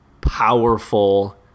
Powerful